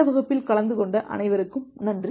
இந்த வகுப்பில் கலந்து கொண்ட அனைவருக்கும் நன்றி